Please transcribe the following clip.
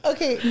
Okay